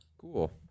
Cool